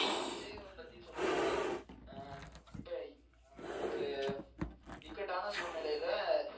அப்றம் விஜயை பற்றி சொல்கிறதுக்கு இப்போ ஒரு இக்கட்டான சூழ்நிலையில்